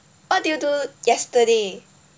what did you do yesterday